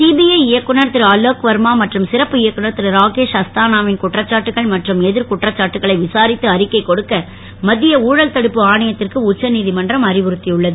CBI இயக்குனர் திருஅலேக் வர்மா மற்றும் சிறப்பு இயக்குனர் திரு ராகேஷ் அஸ்தானா வின் குற்றச்சாட்டுகள் மற்றும் எதிர் குற்றச்சாட்டுகளை விசாரித்து அறிக்கை கொடுக்க மத்திய ஊழல் தடுப்பு ஆணையத்திற்கு உச்ச நீதிமன்றம் அறிவுறுத்தியுள்ளது